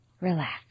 relax